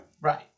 Right